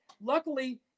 luckily